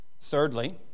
Thirdly